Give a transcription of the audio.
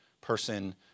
person